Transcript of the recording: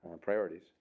priorities